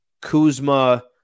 Kuzma